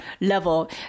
level